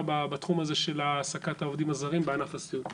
בתחום הזה של העסקת העובדים הזרים בענף הסיעוד.